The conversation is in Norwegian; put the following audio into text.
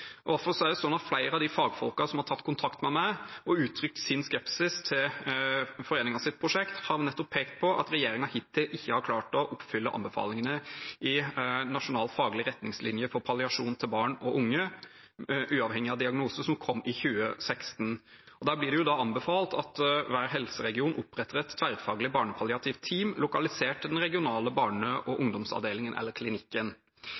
er det slik at flere av de fagfolkene som har tatt kontakt med meg og uttrykt sin skepsis til foreningens prosjekt, nettopp har pekt på at regjeringen egentlig ikke har klart å oppfylle anbefalingene i Nasjonal faglig retningslinje for palliasjon til barn og unge, uavhengig av diagnose, som kom i 2016. Der blir det anbefalt at hver helseregion oppretter et tverrfaglig barnepalliativt team lokalisert til den regionale barne- og